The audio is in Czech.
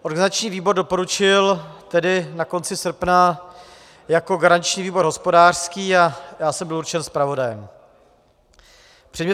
Organizační výbor doporučil tedy na konci srpna jako garanční výbor hospodářský a já jsem byl určen zpravodajem.